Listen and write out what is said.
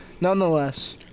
Nonetheless